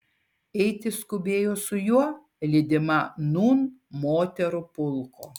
eiti skubėjo su juo lydima nūn moterų pulko